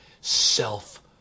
self